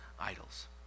idols